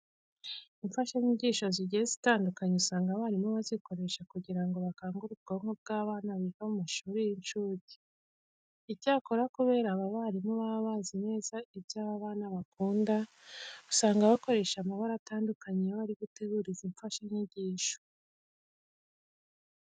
Imfashanyigisho zigiye zitandukanye usanga abarimu bazikoresha kugira ngo bakangure ubwonko bw'abana biga mu mashuri y'incuke. Icyakora kubera aba barimu baba bazi neza ibyo aba bana bakunda, usanga bakoresha amabara atandukanye iyo bari gutegura izi mfashanyigisho.